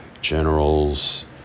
generals